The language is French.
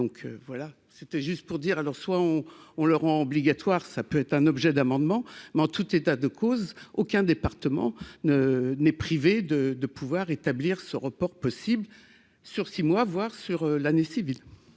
donc voilà, c'était juste pour dire à leurs soit on on le rend obligatoire, ça peut être un objet d'amendements, mais en tout état de cause, aucun département n'est privé de de pouvoir établir ce report possible sur six mois voire sur l'année civile.